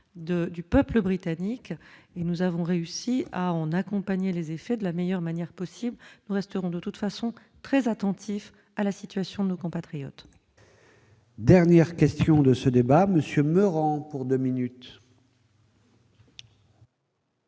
du peuple britannique et nous avons réussi à en accompagner les effets de la meilleure manière possible mais resteront de toute façon, très attentifs à la situation de nos compatriotes. Dernière question de ce débat monsieur me rend pour 2 minutes.